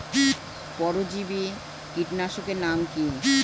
পরজীবী কীটনাশকের নাম কি?